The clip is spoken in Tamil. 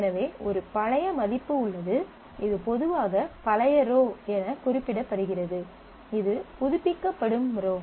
எனவே ஒரு பழைய மதிப்பு உள்ளது இது பொதுவாக பழைய ரோ என குறிப்பிடப்படுகிறது இது புதுப்பிக்கப்படும் ரோ